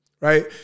right